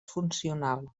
funcional